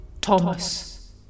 Thomas